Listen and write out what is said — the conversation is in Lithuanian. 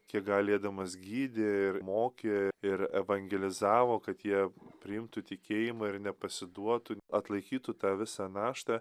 kiek galėdamas gydė ir mokė ir evangelizavo kad jie priimtų tikėjimą ir nepasiduotų atlaikytų tą visą naštą